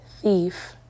thief